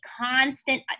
constant